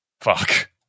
Fuck